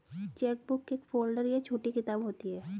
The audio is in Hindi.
चेकबुक एक फ़ोल्डर या छोटी किताब होती है